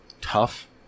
tough